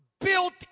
Built